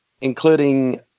including